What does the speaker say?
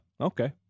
Okay